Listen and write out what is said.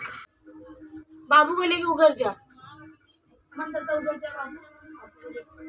किस योजना के तहत किसान सौर ऊर्जा से सिंचाई के उपकरण ले सकता है?